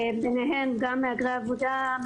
ביניהם גם מהגרי העבודה,